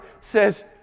says